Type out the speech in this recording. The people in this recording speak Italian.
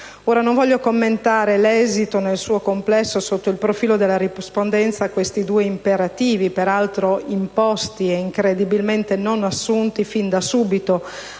Non voglio commentare l'esito nel suo complesso sotto il profilo della rispondenza a questi due imperativi, peraltro imposti e incredibilmente non assunti fin da subito